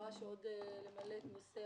נדרש למלא את נושא